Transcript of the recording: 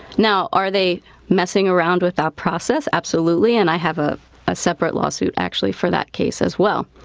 now, are they messing around with that process? absolutely, and i have a ah separate lawsuit actually for that case as well.